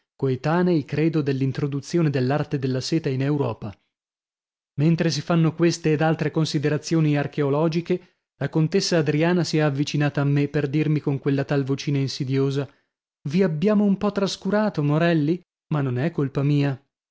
coetanei credo dell'introduzione dell'arte della seta in europa mentre si fanno queste ed altre considerazioni archeologiche la contessa adriana si è avvicinata a me per dirmi con quella tal vocina insidiosa vi abbiamo un po trascurato morelli ma non è colpa mia